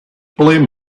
blame